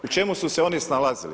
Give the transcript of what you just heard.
U čem su se oni snalazili?